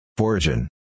Origin